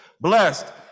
blessed